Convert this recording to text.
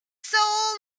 soul